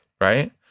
right